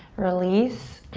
release.